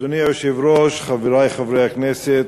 אדוני היושב-ראש, חברי חברי הכנסת,